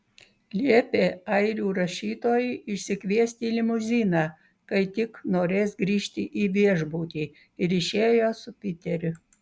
liepė airių rašytojui išsikviesti limuziną kai tik norės grįžti į viešbutį ir išėjo su piteriu